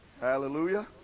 Hallelujah